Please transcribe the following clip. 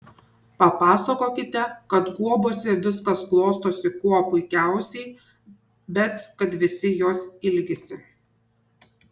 papasakokite kad guobose viskas klostosi kuo puikiausiai bet kad visi jos ilgisi